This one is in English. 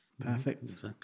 Perfect